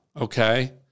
okay